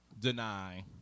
deny